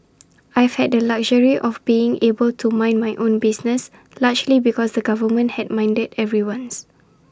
I've had the luxury of being able to mind my own business largely because the government had minded everyone's